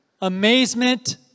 amazement